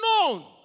unknown